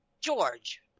George